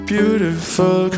Beautiful